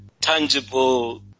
tangible